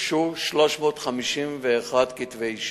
הוגשו 351 כתבי אישום.